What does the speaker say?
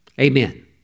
Amen